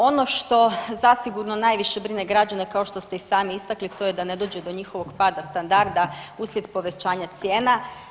Ono što zasigurno najviše brine građane kao što ste i sami istakli to je da ne dođe do njihovog pada standarda uslijed povećanja cijena.